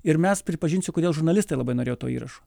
ir mes pripažinsiu kodėl žurnalistai labai norėjo to įrašo